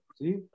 See